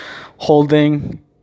holding